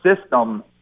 system